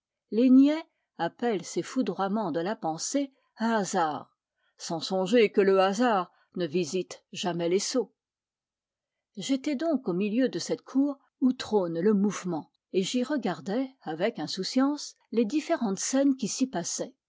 les niais appellent ces foudroiements de la pensée un hasard sans songer que le hasard ne visite jamais les sots j'étais donc au milieu de cette cour où trône le mouvement et j'y regardais avec insouciance les différentes scènes qui s'y passaient